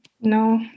No